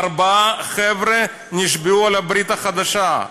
ארבעה חבר'ה נשבעו על הברית החדשה.